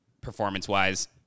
performance-wise